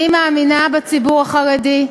אני מאמינה בציבור החרדי,